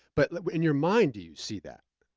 but like but in your mind do you see that?